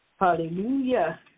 Hallelujah